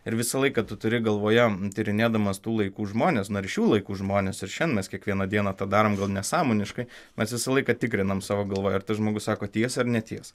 ir visą laiką tu turi galvoje tyrinėdamas tų laikų žmones na šių laikų žmonės ir šiandien mes kiekvieną dieną tą darome gal nesąmoniškai mes visą laiką tikrinam savo galvoj ir tas žmogus sako tiesą ar netiesą